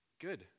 Good